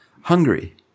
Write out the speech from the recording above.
Hungary